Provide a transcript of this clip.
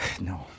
No